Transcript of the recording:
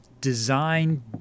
design